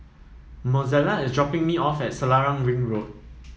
Mozella is dropping me off at Selarang Ring Road